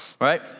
right